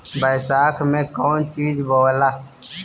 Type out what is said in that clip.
बैसाख मे कौन चीज बोवाला?